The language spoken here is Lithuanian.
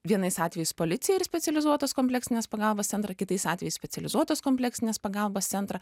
vienais atvejais policiją ir specializuotos kompleksinės pagalbos centrą kitais atvejais specializuotos kompleksinės pagalbos centrą